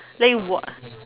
then you what